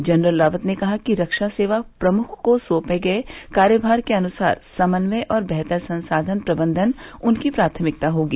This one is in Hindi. जनरल रावत ने कहा कि रक्षा सेवा प्रमुख को सँपे गये कार्यमार के अनुसार समन्वय और बेहतर संसाधन प्रबंधन उनकी प्राथमिकता होगी